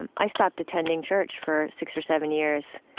and i stopped attending church for six or seven years,